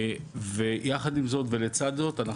עם זאת ולצד זאת,